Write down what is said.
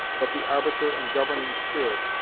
but the arbiter and governing spirit,